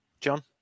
John